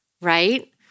right